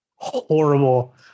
horrible